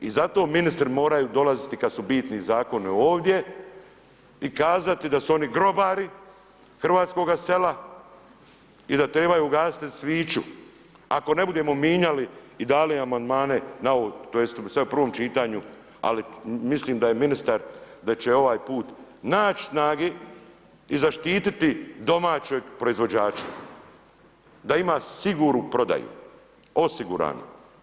I zato ministri moraju dolaziti, kada su bitni zakoni ovdje i kazati da su oni grobari hrvatskoga sela, i da trebaju u gasiti sviću, ako ne budemo mijenjali i dali amandmane, tj. sada u prvom čitanju, ali, mislim da je ministar, da će ovaj put naći snage i zaštiti domaćeg proizvođača, da ima sigurnu prodaju, osiguranu.